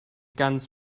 ganz